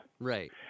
Right